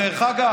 אל תפריע לי.